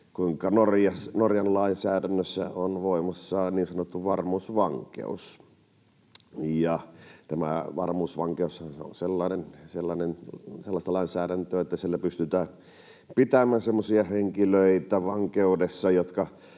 kuinka Norjan lainsäädännössä on voimassa niin sanottu varmuusvankeus. Tämä varmuusvankeus on sellaista lainsäädäntöä, että sillä pystytään pitämään vankeudessa